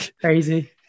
crazy